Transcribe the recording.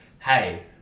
hey